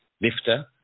lifter